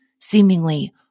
seemingly